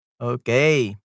Okay